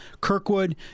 Kirkwood